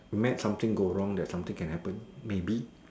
mad something go wrong that something can happen maybe